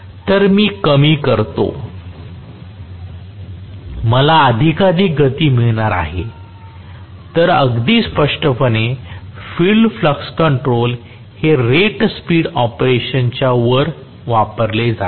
तर मी कमी करतो मला अधिकाधिक गती मिळणार आहे तर अगदी स्पष्टपणे फील्ड फ्लक्स कंट्रोल हे रेट स्पीड ऑपरेशन च्या वर वापरले जाते